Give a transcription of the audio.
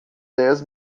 dez